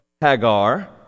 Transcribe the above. Hagar